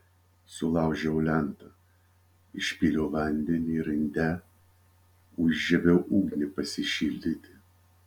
sulaužiau lentą išpyliau vandenį ir inde užžiebiau ugnį pasišildyti